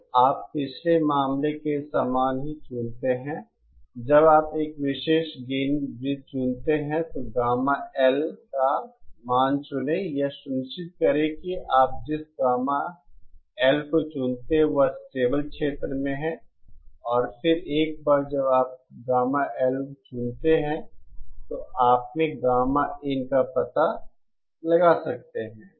तो आप पिछले मामले के समान ही चुनते हैं जब आप एक विशेष गेन वृत्त चुनते हैं तो गामा L का मान चुनें यह सुनिश्चित करें कि आप जिस गामा L को चुनते हैं वह स्टेबल क्षेत्र में है और फिर एक बार जब आप गामा L चुनते हैं तो आप में गामा इन का पता लगा सकते हैं